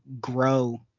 grow